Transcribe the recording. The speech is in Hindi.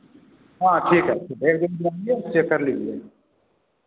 हाँ ठीक है एक चेक कर लीजिएगा